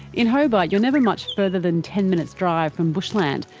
in hobart you're never much further than ten minutes drive from bushland.